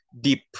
deep